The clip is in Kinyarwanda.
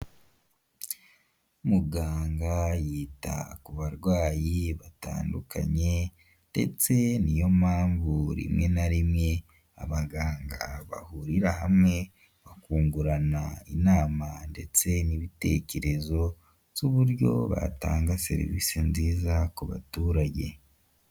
Muganga yita ku barwayi batandukanye ndetse niyo mpamvu rimwe na rimwe abaganga bahurira hamwe bakungurana inama ndetse n'ibitekerezo byuburyo batanga serivisi nziza ku baturage.